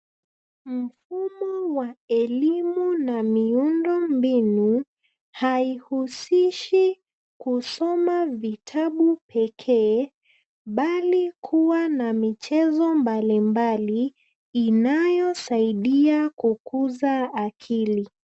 Mfumo wa elimu na miundo mbinu, haihusishi kusoma vitabu pekee bali kuwa na michezo mbalimbali inayosaidia kukuza akili.